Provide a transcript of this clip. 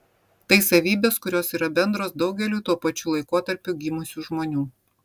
tai savybės kurios yra bendros daugeliui tuo pačiu laikotarpiu gimusių žmonių